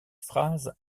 phrase